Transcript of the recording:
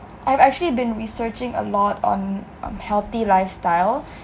I've actually been researching a lot on healthy lifestyle